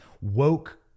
woke